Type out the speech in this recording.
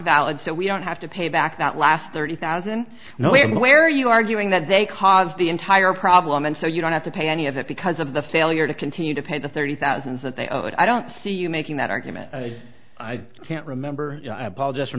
valid so we don't have to pay back that last thirty thousand nowhere where you arguing that they caused the entire problem and so you don't have to pay any of it because of the failure to continue to pay the thirty thousand that they owe and i don't see you making that argument i can't remember